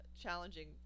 challenging